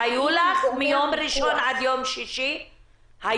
היו לך פנית פניות מיום ראשון עד יום שישי שמתקשים?